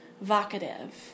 vocative